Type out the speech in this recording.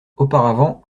auparavant